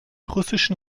russischen